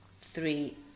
three